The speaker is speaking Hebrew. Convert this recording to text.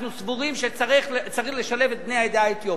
אנחנו סבורים שצריך לשלב את בני העדה האתיופית.